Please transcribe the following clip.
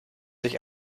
sich